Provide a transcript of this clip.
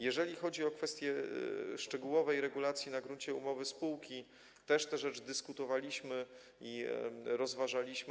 Jeżeli chodzi o kwestię szczegółowej regulacji na gruncie umowy spółki, też tę rzecz dyskutowaliśmy i rozważaliśmy.